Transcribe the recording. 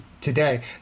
today